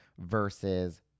versus